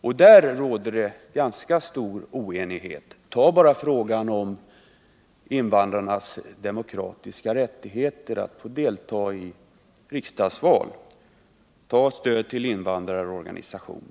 och där råder det ganska stor oenighet. Ta bara frågan om invandrarnas demokratiska rättigheter att få delta i riksdagsval! Ta stödet till invandrarorganisationer!